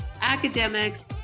academics